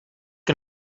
que